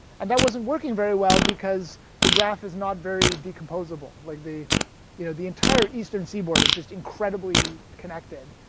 and that wasn't working very well because the graph is not very decomposable. like the you know the entire eastern seaboard is just incredibly connected.